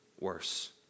worse